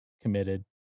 committed